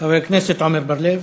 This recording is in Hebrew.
חבר כנסת עמר בר-לב.